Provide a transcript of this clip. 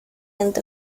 end